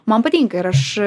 man patinka ir aš